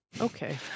Okay